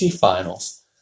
finals